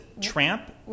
Tramp